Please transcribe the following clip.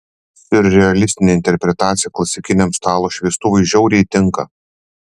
siurrealistinė interpretacija klasikiniam stalo šviestuvui žiauriai tinka